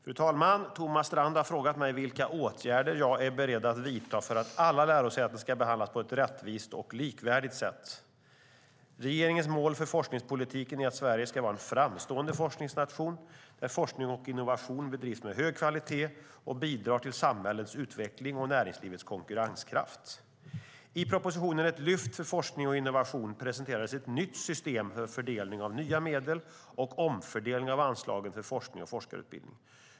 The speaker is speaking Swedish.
Fru talman! Thomas Strand har frågat mig vilka åtgärder jag är beredd att vidta för att alla lärosäten ska behandlas på ett rättvist och likvärdigt sätt. Regeringens mål för forskningspolitiken är att Sverige ska vara en framstående forskningsnation, där forskning och innovation bedrivs med hög kvalitet och bidrar till samhällets utveckling och näringslivets konkurrenskraft. I propositionen Ett lyft för forskning och innovation presenterades ett nytt system för fördelning av nya medel och omfördelning av anslagen för forskning och forskarutbildning.